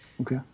okay